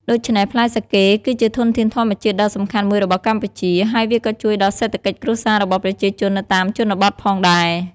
ដូច្នេះ ផ្លែសាកេគឺជាធនធានធម្មជាតិដ៏សំខាន់មួយរបស់កម្ពុជា ហើយវាក៏ជួយដល់សេដ្ឋកិច្ចគ្រួសាររបស់ប្រជាជននៅតាមជនបទផងដែរ។